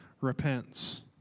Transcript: repents